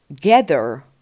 gather